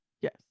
Yes